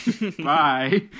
bye